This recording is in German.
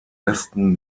westen